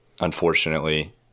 unfortunately